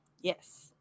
Yes